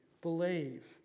believe